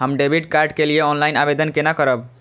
हम debit card के लिए ऑनलाइन आवेदन केना करब?